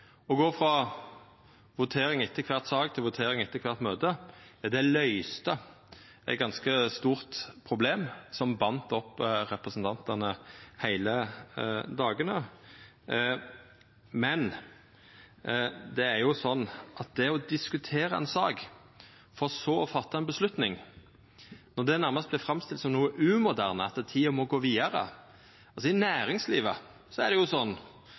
å gå til votering etter kvart møte. Då me gjekk frå votering etter kvar sak til votering etter kvart møte, løyste det eit ganske stort problem som batt opp representantane heile dagane. Det å diskutera ei sak for så å ta ei avgjerd, vert nærast framstilt som noko umoderne, og at tida må gå vidare. I næringslivet er det